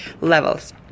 levels